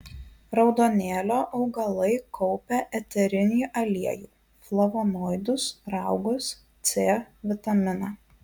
raudonėlio augalai kaupia eterinį aliejų flavonoidus raugus c vitaminą